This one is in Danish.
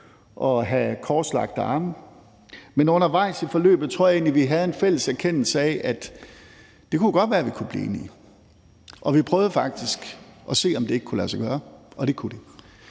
at have korslagte arme, men undervejs i forløbet tror jeg egentlig vi havde en fælles erkendelse af, at det jo godt kunne være, vi kunne blive enige. Og vi prøvede faktisk at se, om det ikke kunne lade sig gøre, og det kunne det.